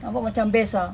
nampak macam best ah